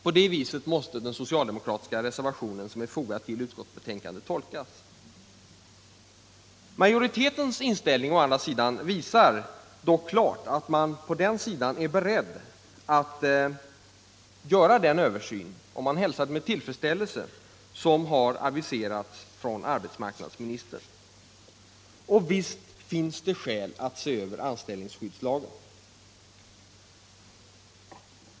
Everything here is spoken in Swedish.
På det viset måste den socialdemokratiska reservationen, som är fogad till utskottsbetänkandet, tolkas. Majoritetens inställning visar dock klart att man på den sidan är beredd att göra den översyn — vi hälsar den med tillfredsställelse — som har aviserats av arbetsmarknadsministern. Och visst finns det skäl att se över anställningsskyddslagen.